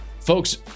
folks